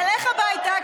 נלך הביתה,